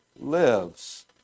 lives